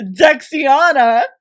Dexiana